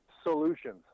Solutions